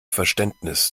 verständnis